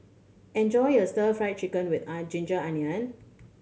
enjoy your Stir Fried Chicken with ginger onion